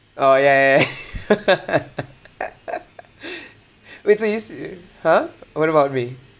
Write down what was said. oh ya ya ya we're so used to !huh! what about me